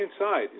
inside